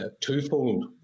twofold